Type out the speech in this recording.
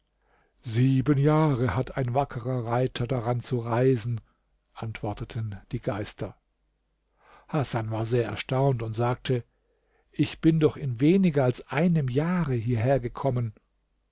sieben jahre hat ein wackerer reiter daran zu reisen antworteten die geister hasan war sehr erstaunt und sagte ich bin doch in weniger als einem jahre hierher gekommen